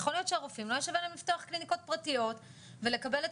יכול להיות שלרופאים לא יהיה שווה לפתוח קליניקות פרטיות ולקבל את